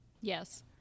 yes